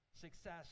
success